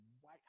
white